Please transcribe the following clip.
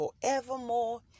forevermore